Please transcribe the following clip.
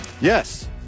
Yes